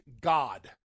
God